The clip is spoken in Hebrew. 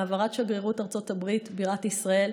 של העברת שגרירות ארצות הברית לבירת ישראל,